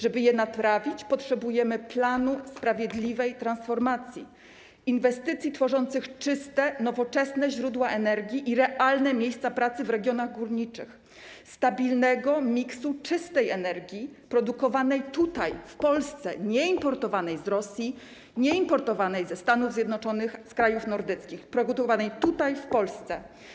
Żeby je naprawić, potrzebujemy planu sprawiedliwej transformacji, inwestycji tworzących czyste, nowoczesne źródła energii i realne miejsca pracy w regionach górniczych, stabilnego miksu czystej energii produkowanej tutaj, w Polsce, nieimportowanej z Rosji, nieimportowanej ze Stanów Zjednoczonych, z krajów nordyckich - produkowanej tutaj, w Polsce.